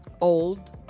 old